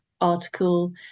article